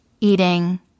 eating